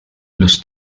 los